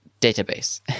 database